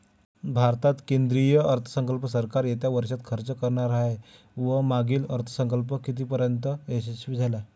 भारतात केंद्रीय अर्थसंकल्प सरकार येत्या वर्षात खर्च करणार आहे व मागील अर्थसंकल्प कितीपर्तयंत यशस्वी झाला